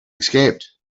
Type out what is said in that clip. escaped